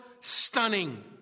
stunning